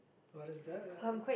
what is that